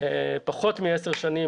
פחות מ-10 שנים.